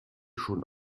schon